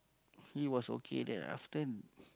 he was okay then after